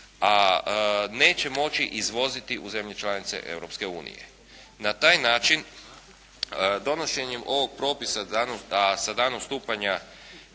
a neće moći izvoziti u zemlje članice Europske unije. Na taj način donošenjem ovog propisa, a sa danom stupanja